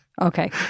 Okay